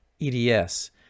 EDS